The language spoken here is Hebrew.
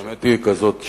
האמת היא כזאת,